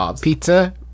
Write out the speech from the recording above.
pizza